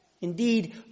Indeed